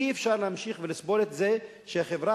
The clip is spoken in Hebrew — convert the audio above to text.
אי-אפשר להמשיך ולסבול את זה שהחברה